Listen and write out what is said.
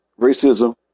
racism